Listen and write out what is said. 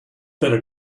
better